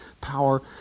power